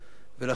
ולכן,